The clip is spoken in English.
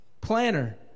planner